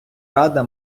рада